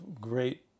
great